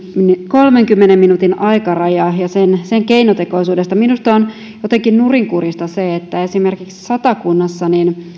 kolmenkymmenen minuutin aikarajasta ja sen keinotekoisuudesta minusta on jotenkin nurinkurista että esimerkiksi satakunnassa